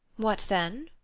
what then?